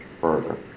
further